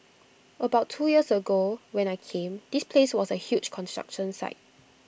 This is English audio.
about two years ago when I came this place was A huge construction site